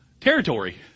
territory